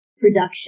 production